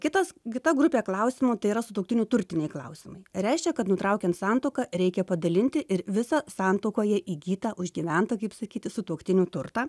kitas kita grupė klausimų tai yra sutuoktinių turtiniai klausimai reiškia kad nutraukiant santuoką reikia padalinti ir visą santuokoje įgytą užgyventą kaip sakyti sutuoktinių turtą